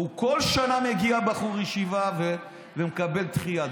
וכל שנה מגיע בחור הישיבה ומקבל דחייה.